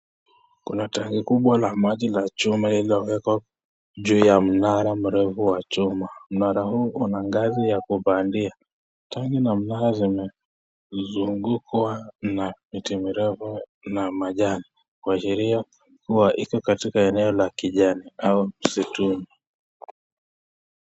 Kuna tangi kubwa la maji la chuma lililowekwa juu ya mnara mrefu wa chuma. Mnara huu una ngazi ya kupandia. Tangi na mnara zimezungukwa na miti mirefu na majani kuashiria kuwa iko katika eneo la kijani au msituni.